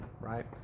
right